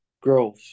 growth